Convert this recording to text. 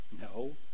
No